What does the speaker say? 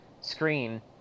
screen